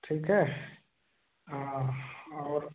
ठीक है हाँ और